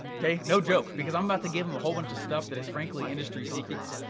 kay, no joke. because i'm about to give em a whole bunch of stuff that is frankly industry secrets,